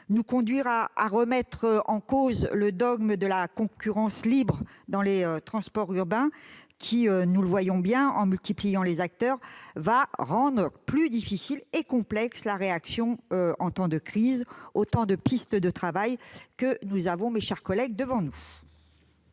nous conduire à remettre en cause le dogme de la concurrence libre dans les transports urbains. On voit bien que la multiplication des acteurs rend plus difficile et complexe la réaction en temps de crise. Autant de pistes de travail, mes chers collègues, que nous